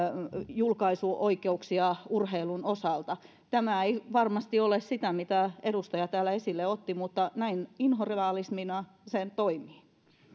julkaisuoikeuksia urheilun osalta tämä ei varmasti ole sitä mitä edustaja täällä esille otti mutta näin inhorealismina se toimii